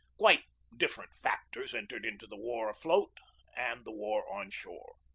quite different factors entered into the war afloat and the war on shore.